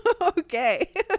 Okay